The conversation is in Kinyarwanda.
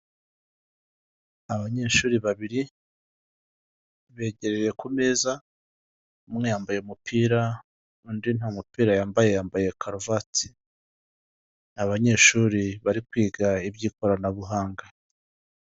Abanyeshuri babiri begereye ku meza umwe yambaye umupira undi nta mupira yambaye yambaye karuvati, ni abanyeshuri bari kwiga iby'ikoranabuhanga.